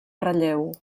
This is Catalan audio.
relleu